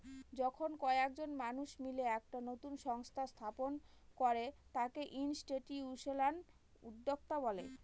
যখন কয়েকজন মানুষ মিলে একটা নতুন সংস্থা স্থাপন করে তাকে ইনস্টিটিউশনাল উদ্যোক্তা বলে